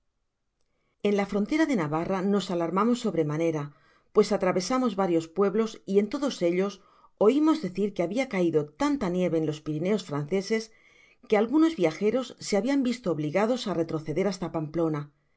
en la frontera de navarra nos alarmamos sobre manera pues atravesamos varios pueblos y en todos ellos oimos decir que habia caido tanta nieve en los pirineos franceses que algunos viajeros se habian visto obligados á retroceder hasta pamplona